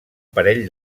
parell